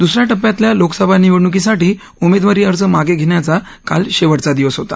दुसऱ्या टप्प्यातल्या लोकसभा निवडणुकीसाठी उमेदवारी अर्ज मागे घेण्याचा काल शेवटचा दिवस होता